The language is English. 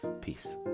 peace